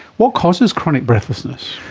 what causes chronic breathlessness?